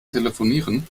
telefonieren